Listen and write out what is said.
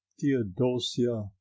theodosia